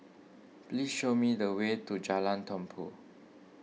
please show me the way to Jalan Tumpu